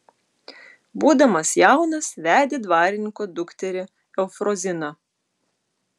būdamas jaunas vedė dvarininko dukterį eufroziną